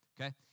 Okay